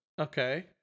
Okay